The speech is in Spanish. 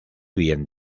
bien